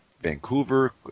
Vancouver